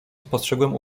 spostrzegłem